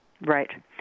Right